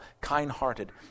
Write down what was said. kind-hearted